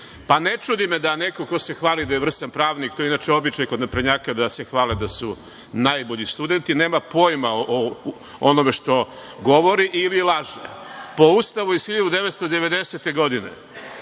Pa, ne čudi me da neko ko se hvali da je vrstan pravnik, to je inače običaj kod naprednjaka da se hvale da su najbolji studenti, nema pojma o onome što govori, ili laže. Po Ustavu iz 1990. godine,